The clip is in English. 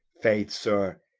faith, sir,